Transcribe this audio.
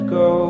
go